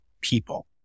people